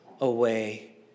away